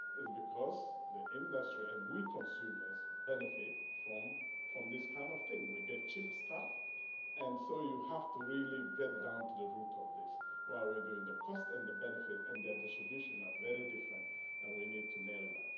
it's because the industry and we consumers benefit from from this kind of thing. we get cheap stuff and so, you have to really get down to the root ah of this while we're doing the cost and the benefit and their distribution are very different and we need to nail that.